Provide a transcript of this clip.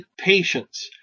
patience